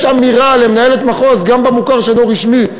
יש אמירה למנהלת מחוז גם במוכר שאינו רשמי,